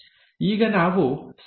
ಈಗ ನಾವು ಸಂಭವನೀಯತೆಗಳನ್ನು ನೋಡೋಣ